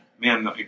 Man